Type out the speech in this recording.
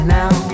now